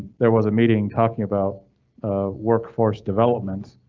there was a meeting talking about ah workforce development